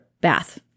bath